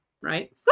right